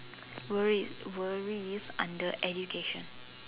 worry worry is under education